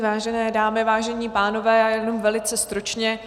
Vážené dámy, vážení pánové, já jenom velice stručně.